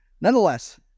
Nonetheless